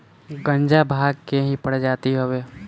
गांजा भांग के ही प्रजाति हवे